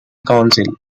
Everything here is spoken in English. council